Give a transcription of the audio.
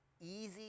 easy